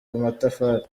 amatafari